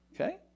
okay